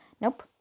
Nope